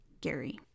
gary